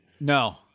No